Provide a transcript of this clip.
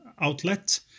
outlet